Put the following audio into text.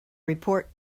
report